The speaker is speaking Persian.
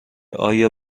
آیا